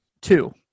Two